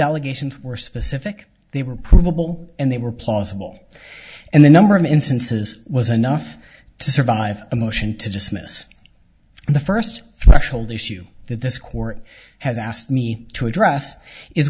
allegations were specific they were provable and they were plausible and the number of instances was enough to survive a motion to dismiss the first threshold issue that this court has asked me to address is